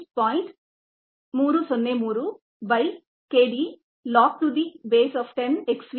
303 by k d log to the base 10 x v naught by x v